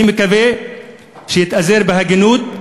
אני מקווה שיתאזר בהגינות,